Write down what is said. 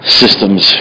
systems